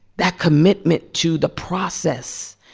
that commitment to the process,